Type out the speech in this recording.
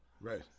Right